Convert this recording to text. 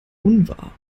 unwahr